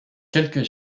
quelques